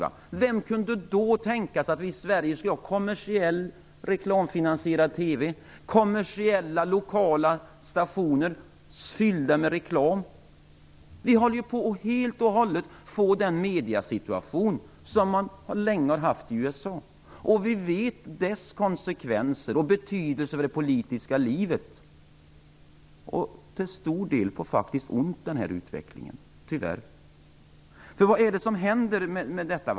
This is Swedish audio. Vem kunde 1988 tänka sig att vi i Sverige skulle ha kommersiell reklamfinansierad TV och kommersiella lokala stationer fyllda med reklam? Vi håller ju helt och hållet på att få den mediesituation som man länge haft i USA. Vi vet dess konsekvenser och betydelse för det politiska livet: Till stor del har utvecklingen, tyvärr, varit av ondo. Vad är det som händer?